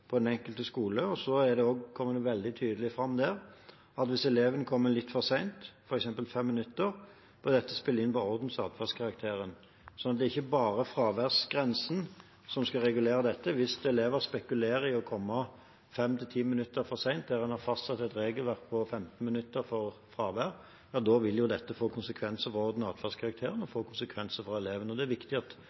den enkelte skole. Det kommer også veldig tydelig fram at hvis eleven kommer litt for sent, f.eks. 5 minutter, bør dette spille inn på ordens- og atferdskarakteren. Så det er ikke bare fraværsgrensen som skal regulere dette. Hvis elever spekulerer i å komme 5–10 minutter for sent, og en har fastsatt et regelverk som sier at 15 minutter gir fravær, vil dette få konsekvenser for ordens- og atferdskarakteren og for eleven. Det er viktig at